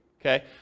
okay